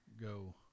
go